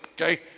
okay